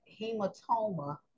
hematoma